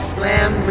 Slam